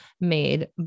made